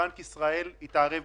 שבנק ישראל יתערב בדחיפות.